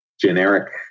generic